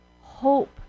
hope